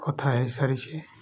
କଥା ହେଇସାରିଛିି